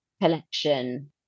collection